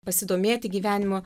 pasidomėti gyvenimu